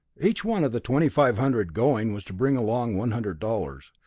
each one of the twenty-five hundred going was to bring along one hundred dollars.